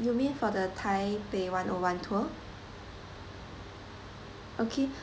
you mean for the taipei one O one tour okay